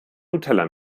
nutella